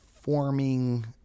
forming